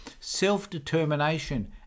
self-determination